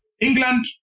England